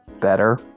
better